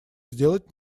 сделать